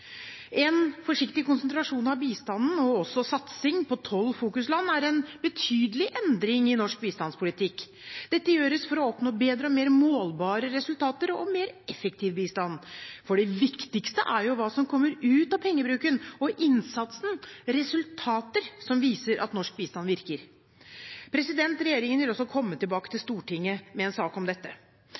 En forsiktig konsentrasjon av bistanden og også satsing på 12 fokusland er en betydelig endring i norsk bistandspolitikk. Dette gjøres for å oppnå bedre og mer målbare resultater og mer effektiv bistand. Det viktigste er jo hva som kommer ut av pengebruken og innsatsen – resultater som viser at norsk bistand virker. Regjeringen vil komme tilbake til Stortinget med en sak om dette.